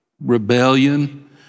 rebellion